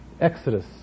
Exodus